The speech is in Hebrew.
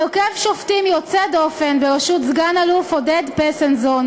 הרכב שופטים יוצא דופן בראשות סגן-אלוף עודד פסנזון